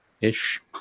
ish